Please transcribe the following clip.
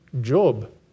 Job